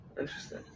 Interesting